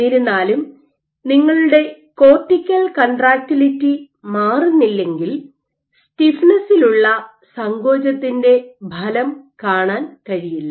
എന്നിരുന്നാലും നിങ്ങളുടെ cortical contractility മാറുന്നില്ലെങ്കിൽ സ്റ്റിഫ്നെസ്സിലുള്ള സങ്കോചത്തിന്റെ ഫലം കാണാൻ കഴിയില്ല